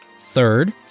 Third